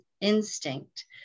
instinct